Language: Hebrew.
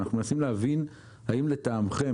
אנחנו מנסים להבין האם לטעמכם,